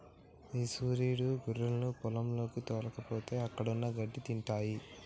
ఈ సురీడు గొర్రెలను పొలంలోకి తోల్కపోతే అక్కడున్న గడ్డి తింటాయి